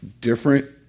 different